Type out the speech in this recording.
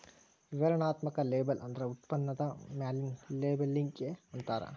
ವಿವರಣಾತ್ಮಕ ಲೇಬಲ್ ಅಂದ್ರ ಉತ್ಪನ್ನದ ಮ್ಯಾಲಿನ್ ಲೇಬಲ್ಲಿಗಿ ಅಂತಾರ